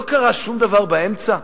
לא קרה שום דבר באמצע?